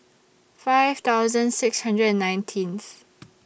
five thousand six hundred and nineteenth